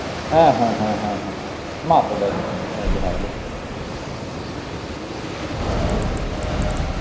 ᱦᱮᱸ ᱦᱮᱸ ᱦᱮᱸ ᱦᱮᱸ ᱦᱮᱸ ᱢᱟ ᱛᱚᱵᱮ ᱤᱱᱠᱟᱹ ᱜᱮᱸ ᱦᱮᱸ ᱢᱟ ᱡᱚᱦᱟᱨ ᱜᱮ